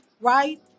right